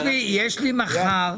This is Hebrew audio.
יש לי מחר